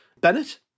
Bennett